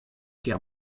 kêr